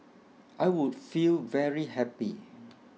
I would feel very happy